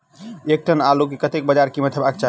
एक टन आलु केँ कतेक बजार कीमत हेबाक चाहि?